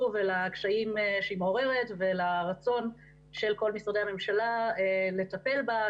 ולקשיים שהיא מעוררת ולרצון של כל משרדי הממשלה לטפל בה.